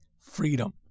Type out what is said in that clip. freedom